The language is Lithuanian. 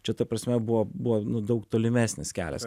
čia ta prasme buvo buvo daug tolimesnis kelias